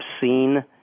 seen